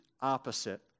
opposite